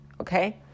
okay